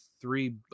three